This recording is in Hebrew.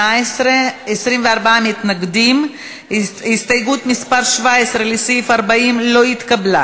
קבוצת סיעת הרשימה המשותפת וחברת הכנסת יעל גרמן לסעיף 40 לא נתקבלה.